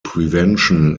prevention